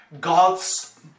God's